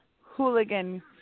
Hooligan